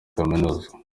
kaminuza